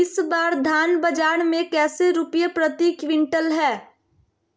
इस बार धान बाजार मे कैसे रुपए प्रति क्विंटल है?